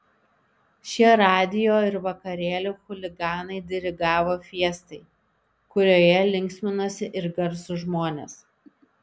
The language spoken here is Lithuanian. šie radijo ir vakarėlių chuliganai dirigavo fiestai kurioje linksminosi ir garsūs žmonės